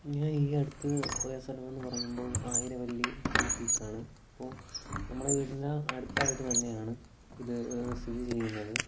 ഞാൻ ഈ അടുത്ത് പോയ സ്ഥലം എന്നു പറയുമ്പോൾ ആയിരവള്ളി ഹിൽപിക്കാണ് ഇപ്പോൾ നമ്മുടെ വീടിൻ്റെ അടുത്തായിട്ട് തന്നെയാണ് ഇത് സ്ഥിതി ചെയുന്നത്